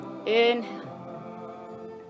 inhale